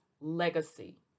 legacy